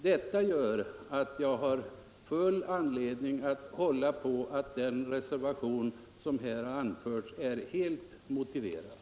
Detta gör att jag har full anledning hålla på att den reservation som här har anförts är helt motiverad.